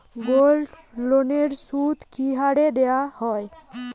গোল্ডলোনের সুদ কি হারে দেওয়া হয়?